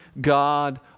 God